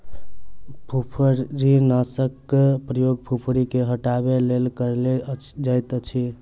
फुफरीनाशकक प्रयोग फुफरी के हटयबाक लेल कयल जाइतअछि